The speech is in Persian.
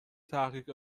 تحقیق